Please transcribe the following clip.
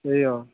ए अँ